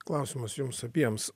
klausimas jums abiems